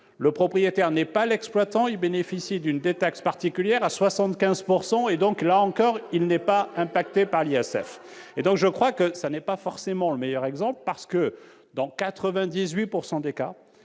le propriétaire n'est pas l'exploitant, il bénéficie d'une détaxe particulière à 75 %, et donc, là encore, il n'est pas impacté par l'ISF. Je crois donc que l'agriculture n'est pas forcément le meilleur exemple. En effet, dans 98 % des cas,